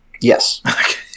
Yes